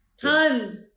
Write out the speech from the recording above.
Tons